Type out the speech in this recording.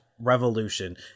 revolution